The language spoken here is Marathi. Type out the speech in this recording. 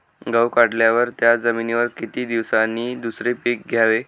गहू काढल्यावर त्या जमिनीवर किती दिवसांनी दुसरे पीक घ्यावे?